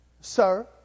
sir